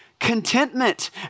contentment